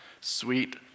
sweet